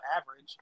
average